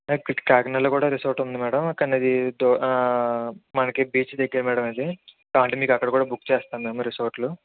కాకినాడాలో కూడా రిసార్ట్ ఉంది మేడం కానీ అదీ దూ మనకి బీచ్ దగ్గర మేడం అదీ కావలంటే మీకు అక్కడ కూడా బుక్ చేస్తం మేము రిసార్ట్లు